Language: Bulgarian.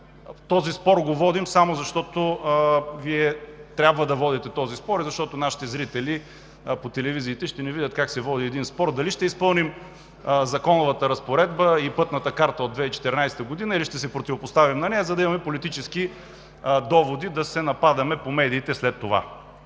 този спор само защото Вие трябва да водите този спор, защото нашите зрители по телевизиите ще видят как се води един спор – дали ще изпълним законовата разпоредба и пътната карта от 2014 г., или ще се противопоставим на нея, за да имаме политически доводи да се нападаме по медиите след това.